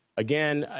again,